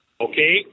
Okay